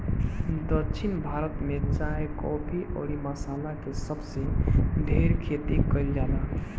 दक्षिण भारत में चाय, काफी अउरी मसाला के सबसे ढेर खेती कईल जाला